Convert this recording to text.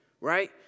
right